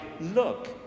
Look